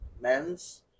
men's